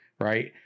Right